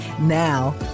Now